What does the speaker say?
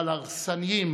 אבל הרסניים,